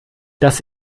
dass